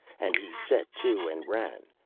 and he set to and ran,